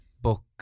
book